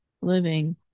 living